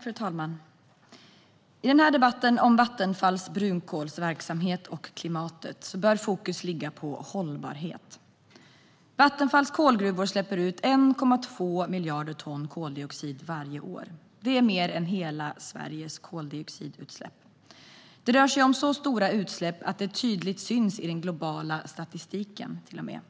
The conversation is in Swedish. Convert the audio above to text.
Fru talman! I debatten om Vattenfalls brunkolsverksamhet och klimatet bör fokus ligga på hållbarhet. Vattenfalls kolgruvor släpper ut 1,2 miljarder ton koldioxid varje år. Det är mer än hela Sveriges koldioxidutsläpp. Det rör sig om så stora utsläpp att det tydligt syns i den globala statistiken, till och med.